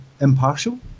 impartial